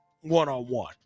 one-on-one